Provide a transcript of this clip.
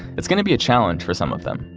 it's going to be a challenge for some of them,